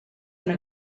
una